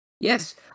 Yes